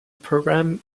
program